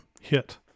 hit